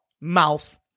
mouth